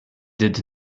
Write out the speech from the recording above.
did